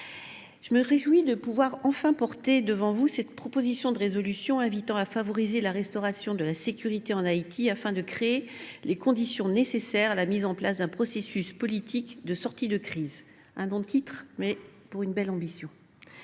je me réjouis de porter enfin devant vous cette proposition de résolution invitant à favoriser la restauration de la sécurité en Haïti, afin de créer les conditions nécessaires à la mise en place d’un processus politique de sortie de crise. Un long intitulé, pour une belle ambition.